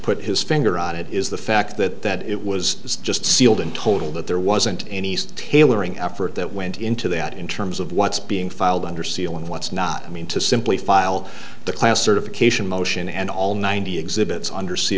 put his finger on it is the fact that it was just sealed in total that there was sent a nice tailoring effort that went into that in terms of what's being filed under seal and what's not i mean to simply file the class certification motion and all ninety exhibits under se